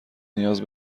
نیاز